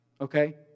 Okay